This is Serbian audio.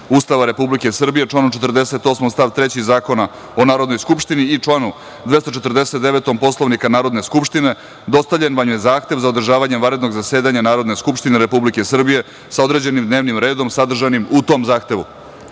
Ustava Republike Srbije, članom 48. stav 3. Zakona o Narodnoj skupštini i članu 249. Poslovnika Narodne skupštine, dostavljen vam je Zahtev za održavanje vanrednog zasedanja Narodne skupštine Republike Srbije sa određenim dnevnim redom sadržanim u tom Zahtevu.Za